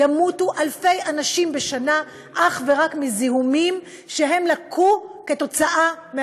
ימותו אלפי אנשים בשנה אך ורק מזיהומים עקב אשפוז.